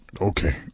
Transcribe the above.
Okay